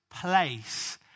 place